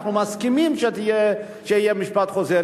אנחנו מסכימים שיהיה משפט חוזר.